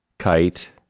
kite